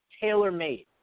tailor-made